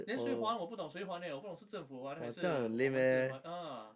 then 谁还我不懂谁还 eh 我不懂是政府还还是我们自己还 ah